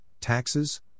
taxes